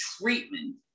treatment